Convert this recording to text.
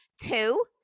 Two